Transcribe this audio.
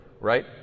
right